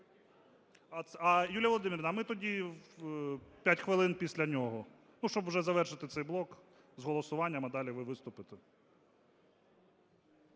Юлія Володимирівна, ми тоді 5 хвилин після нього. Ну, щоб уже завершити цей блок з голосуванням, а далі ви виступите.